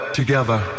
together